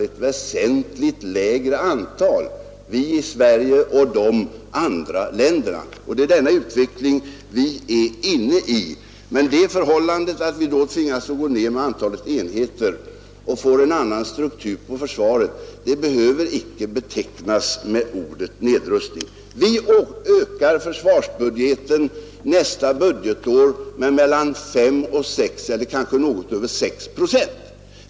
Ett väsentligt lägre antal, både här i Sverige och i andra länder. Det är den utveckling som vi är inne i. Men det förhållandet att vi tvingas gå ned i antalet enheter och får en annan struktur på försvaret behöver icke betecknas med ordet nedrustning. Vi ökar försvarsbudgeten nästa år med fem, sex, ja kanske något över sex procent.